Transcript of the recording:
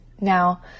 Now